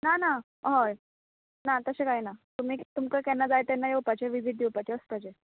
ना ना हय ना तशें कांय ना तुमी तुमका केन्ना जाय तेन्ना येवपाचें विजीट दिवपाचें वचपाचें